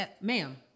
ma'am